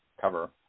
cover